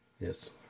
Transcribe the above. Yes